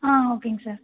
ஆ ஓகேங்க சார்